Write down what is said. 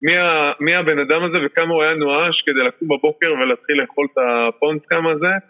מי הבן אדם הזה וכמה הוא היה נואש כדי לקום בבוקר ולהתחיל לאכול את הפונטקם הזה?